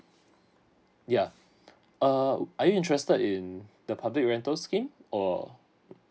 yeah err are you interested in the public rental scheme or